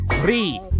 free